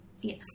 Yes